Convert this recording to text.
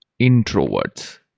introverts